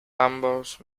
ambos